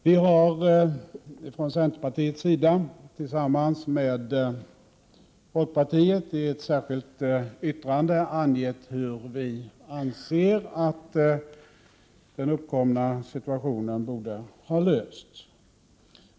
Vi har från centerpartiets sida tillsammans med folkpartiet i ett särskilt yttrande angett hur vi anser att den uppkomna situationen borde ha lösts.